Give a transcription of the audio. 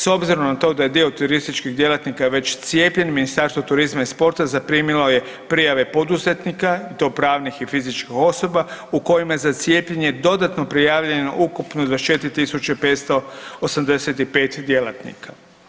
S obzirom na to da je dio turističkih djelatnika već cijepljen Ministarstvo turizma i sporta zaprimilo je prijave poduzetnika i to pravnih i fizičkih osoba u kojima je za cijepljenje dodatno prijavljeno ukupno 24 tisuće 585 djelatnika.